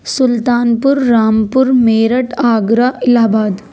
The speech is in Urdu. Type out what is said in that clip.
سلطان پور رامپور میرٹھ آگرہ الہ آباد